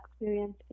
experience